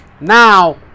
Now